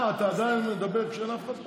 מה, אתה עדיין מדבר, כשאין אף אחד פה?